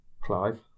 Clive